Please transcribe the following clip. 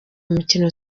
mukino